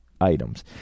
items